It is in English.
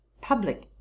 public